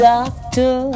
Doctor